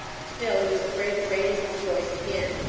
still he was afraid to raise his voice again,